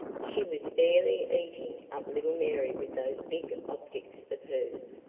she was fairly eating up little mary with those big optics of hers.